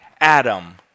Adam